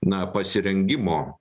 na pasirengimo